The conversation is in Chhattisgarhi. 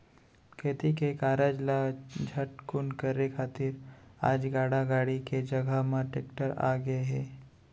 खेती के कारज ल झटकुन करे खातिर आज गाड़ा गाड़ी के जघा म टेक्टर आ गए हे